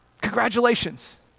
Congratulations